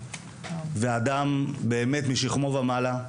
ואדם משכמו ומעלה.